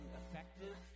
effective